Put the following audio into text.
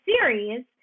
series